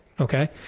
okay